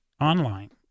online